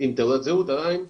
עם תעודת זהות עדיין,